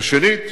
ושנית,